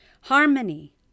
harmony